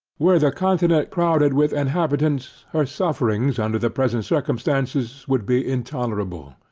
were the continent crowded with inhabitants, her sufferings under the present circumstances would be intolerable.